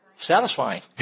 Satisfying